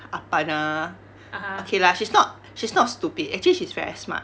apanah okay lah she's not she's not stupid lah actually she's very smart